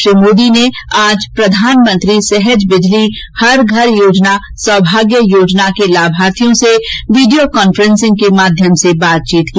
श्री मोदी ने आज प्रधानमंत्री सहज बिजली हर घर योजना सौभाग्य योजना के लाभार्थियों से वीडियो कॉन्फ्रेसिंग के माध्यम से बातचीत की